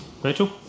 Rachel